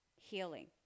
healing